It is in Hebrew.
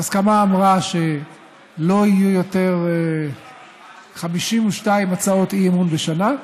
ההסכמה אמרה שלא יהיו יותר 52 הצעות אי-אמון בשנה,